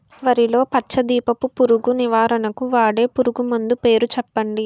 వరిలో పచ్చ దీపపు పురుగు నివారణకు వాడే పురుగుమందు పేరు చెప్పండి?